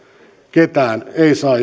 ketään ei saa